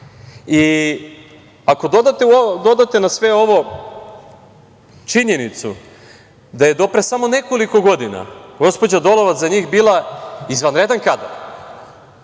njih. Dodajte na sve ovo činjenicu da je do pre samo nekoliko godina gospođa Dolovac za njih bila izvanredan kadar.